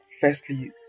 firstly